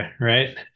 right